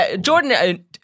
Jordan